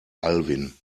alwin